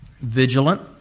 vigilant